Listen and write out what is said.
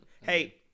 Hey